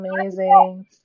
amazing